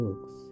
books